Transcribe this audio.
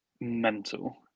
mental